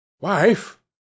Wife